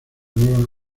nuevas